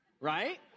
right